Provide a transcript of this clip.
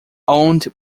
owned